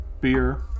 Beer